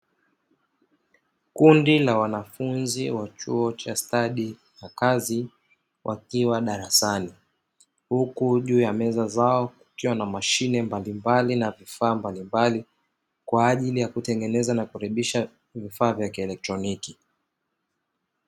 Kundi la wanafunzi wa chuo cha stadi za kazi wakiwa darasani huku juu ya meza zao kukiwa na mashine mbalimbali na vifaa mbalimbali kwa ajili ya kutengeneza na kurekebisha vifaa vya kielektroniki.